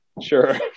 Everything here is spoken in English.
Sure